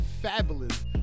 Fabulous